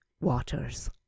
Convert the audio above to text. waters